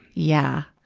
yeah.